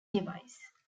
device